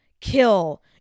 kill